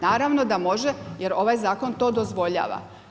Naravno da može jer ovaj zakon to dozvoljava.